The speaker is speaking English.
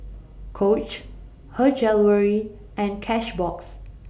Coach Her Jewellery and Cashbox